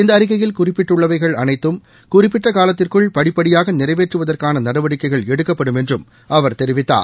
இந்த அறிக்கையில் குறிப்பிட்டுள்ளவைகள் அனைத்தும் குறிப்பிட்ட காலத்திற்குள் படிப்படியாக நிறைவேற்றுவதற்கான நடவடிக்கைகள் எடுக்கப்படும் என்றும் அவர் தெரிவித்தார்